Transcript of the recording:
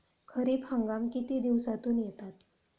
खरीप हंगाम किती दिवसातून येतात?